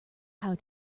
how